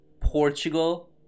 Portugal